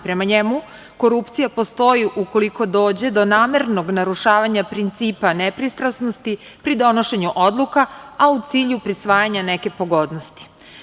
Prema njemu korupcija postoji ukoliko dođe do namernog narušavanja principa nepristrasnosti pri donošenju odluka, a u cilju prisvajanja neke pogodnosti.